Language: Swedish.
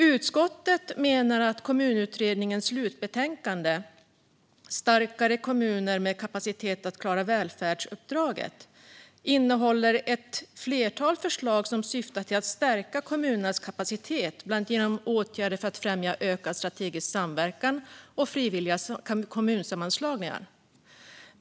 Utskottet menar att Kommunutredningens slutbetänkande Starkare kommuner - med k a pa citet att klara välfärdsuppdraget innehåller ett flertal förslag som syftar till att stärka kommunernas kapacitet bland annat genom åtgärder för att främja ökad strategisk samverkan och frivilliga kommunsammanslagningar.